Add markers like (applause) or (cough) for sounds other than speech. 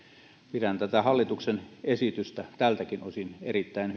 pidän tätä hallituksen esitystä tältäkin osin erittäin (unintelligible)